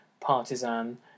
partisan